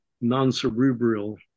non-cerebral